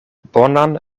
bonan